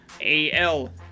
al